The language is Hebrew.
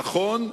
נכון,